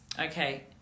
Okay